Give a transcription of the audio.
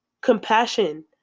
Compassion